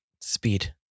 Speed